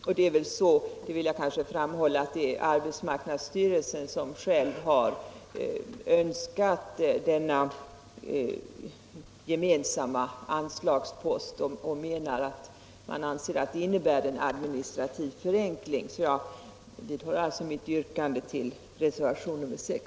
Jag vill erinra om att det är arbetsmarknadsstyrelsen själv som har önskat denna gemensamma anslagspost. Man menar nämligen att det innebär en administrativ förenkling. Jag vidhåller alltså mitt yrkande beträffande reservationen 6.